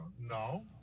No